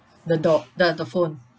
the do~ the the phone